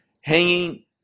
hanging